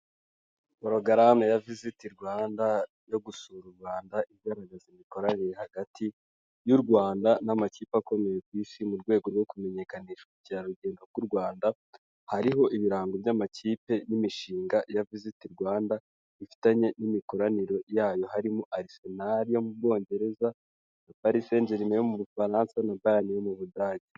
Porogaramu ya Visit Rwanda yo gusura u Rwanda igaragaza imikoranire hagati y'u Rwanda n'amakipe akomeye ku Isi mu rwego rwo kumenyekanisha ubukerarugendo bw'u Rwanda, hariho ibirango by'amakipe n'imishinga ya Visit Rwanda, ifitanye n'imikoranire yayo harimo Arsenal yo mu Bwongereza na Paris saint Germain yo mu Bufaransa na Bayern yo mu Budage.